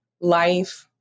life